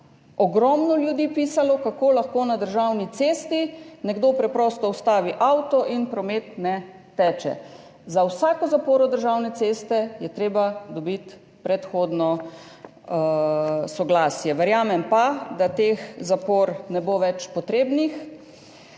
ogromno ljudi pisalo, kako lahko na državni cesti nekdo preprosto ustavi avto in promet ne teče. Za vsako zaporo državne ceste je treba dobiti predhodno soglasje. Verjamem pa, da te zapore ne bodo več potrebne.